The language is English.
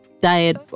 diet